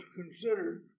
considered